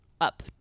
up